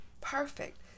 perfect